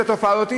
את התופעה הזאת.